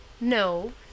No